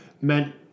meant